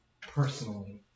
personally